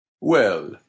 Well